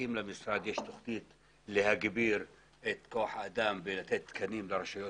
האם למשרד יש תוכנית להגביר את כוח האדם ולתת תקנים לרשויות,